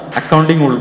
accounting